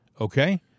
okay